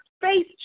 face